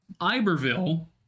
Iberville